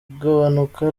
gabanuka